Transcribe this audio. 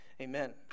Amen